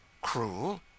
Cruel